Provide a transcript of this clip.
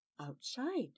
outside